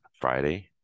Friday